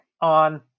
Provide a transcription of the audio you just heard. on